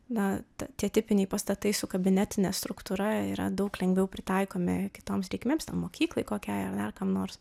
na tie tipiniai pastatai su kabinetine struktūra yra daug lengviau pritaikomi kitoms reikmėms ten mokyklai kokiai ar dar kam nors